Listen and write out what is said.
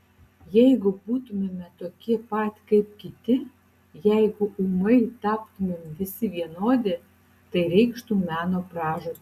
jeigu būtumėme tokie pat kaip kiti jeigu ūmai taptumėm visi vienodi tai reikštų meno pražūtį